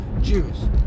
Jews